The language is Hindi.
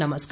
नमस्कार